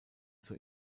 zur